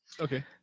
Okay